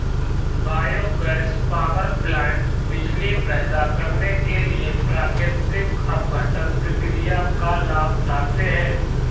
biogas power plant बिजली पैदा करने के लिए प्राकृतिक अपघटन प्रक्रिया का लाभ उठाते हैं